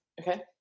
Okay